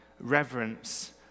reverence